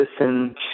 listen